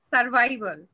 survival